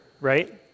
right